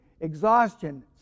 exhaustion